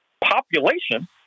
Population